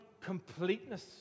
completeness